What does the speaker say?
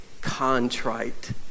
contrite